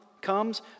Comes